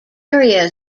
area